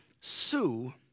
Sue